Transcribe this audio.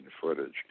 footage